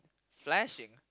flashing